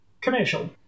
commercial